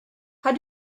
how